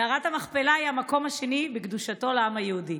מערת המכפלה היא המקום השני בקדושתו לעם היהודי.